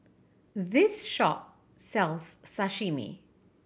this shop sells Sashimi